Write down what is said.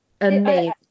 Amazing